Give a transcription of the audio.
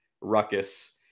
ruckus